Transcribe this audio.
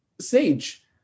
Sage